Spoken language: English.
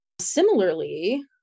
similarly